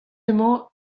emañ